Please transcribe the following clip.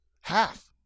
half